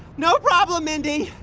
no problem, mindy.